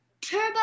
Turbo